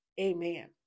Amen